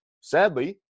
sadly –